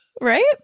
right